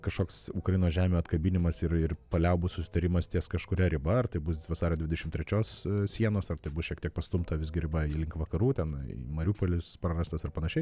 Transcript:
kažkoks ukrainos žemių atkabinimas ir ir paliaubų susitarimas ties kažkuria riba ar tai bus vasario dvidešim trečios sienos ar tai bus šiek tiek pastumta visgi riba link vakarų ten mariupolis prarastas ar panašiai